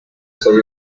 soy